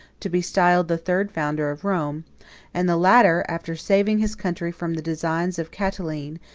to be styled the third founder of rome and the latter, after saving his country from the designs of catiline,